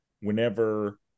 Whenever